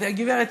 אמרתי לה: גברת,